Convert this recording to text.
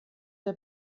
der